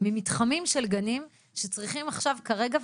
ממתחמים של גנים שצריכים עכשיו כרגע,